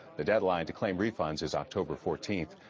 the deadline to claim refunds is october fourteenth.